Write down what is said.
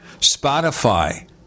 Spotify